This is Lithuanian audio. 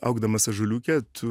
augdamas ąžuoliuke tu